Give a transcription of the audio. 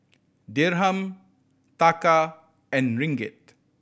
Dirham Taka and Ringgit